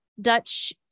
Dutch